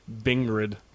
Bingrid